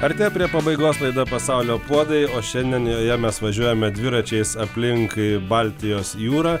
artėja prie pabaigos laida pasaulio puodai o šiandien joje mes važiuojame dviračiais aplink baltijos jūrą